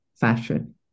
fashion